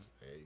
hey